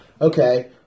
Okay